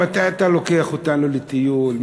מתי אתה לוקח אותנו לטיול?